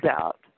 out